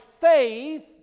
faith